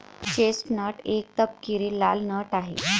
chestnut एक तपकिरी लाल नट आहे